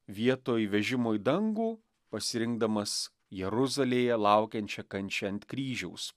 vietoj vežimo į dangų pasirinkdamas jeruzalėje laukiančią kančią ant kryžiaus